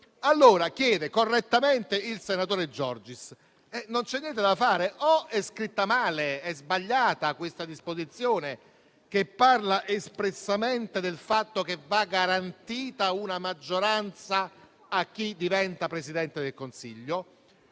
Dice dunque correttamente il senatore Giorgis: o è scritta male ed è sbagliata questa disposizione che parla espressamente del fatto che va garantita una maggioranza a chi diventa Presidente del Consiglio,